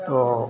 तो